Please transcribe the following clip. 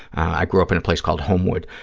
i grew up in a place called homewood.